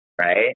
Right